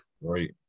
right